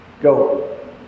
go